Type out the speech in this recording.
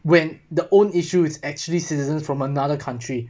when the own issue is actually citizens from another country